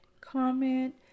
Comment